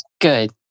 Good